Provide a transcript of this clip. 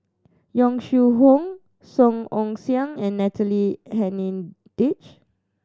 Yong Shu Hoong Song Ong Siang and Natalie Hennedige